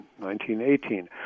1918